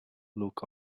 look